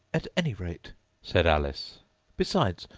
at any rate said alice besides,